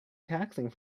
taxing